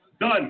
done